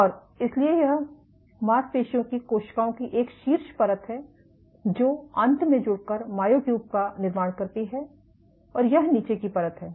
और इसलिए यह मांसपेशियों की कोशिकाओं की एक शीर्ष परत है जो अंत में जुड़ कर मायोट्यूब का निर्माण करती है और यह नीचे की परत है